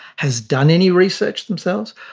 has done any research themselves,